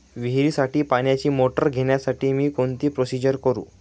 विहिरीसाठी पाण्याची मोटर घेण्यासाठी मी कोणती प्रोसिजर करु?